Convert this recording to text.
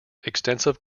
extensive